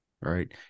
right